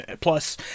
plus